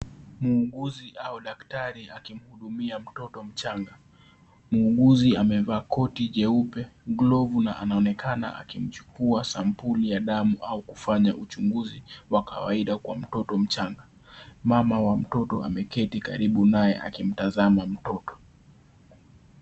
Muuguzi au daktari akimhudumia mtoto mchanga. Muuguzi amevaa koti jeupe, glovu na anaonekana akimchukua sampuli ya damu au kufanaya uchunguzi wa kawaida kwa mtoto mchanga. Mama wa mtoto ameketi karibu naye akimtazama mtoto.